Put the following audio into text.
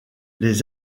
les